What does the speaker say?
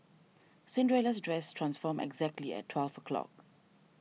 Cinderella's dress transformed exactly at twelve o' clock